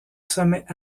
sommets